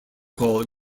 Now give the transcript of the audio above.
call